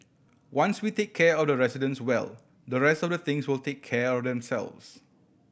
once we take care of the residents well the rest of the things will take care of themselves